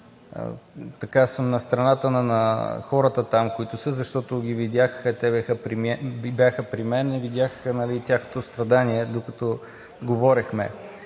съм на страната на хората там, които са, защото ги видях, те бяха при мен и видях тяхното страдание докато говорехме.